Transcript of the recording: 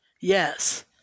Yes